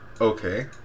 Okay